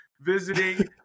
visiting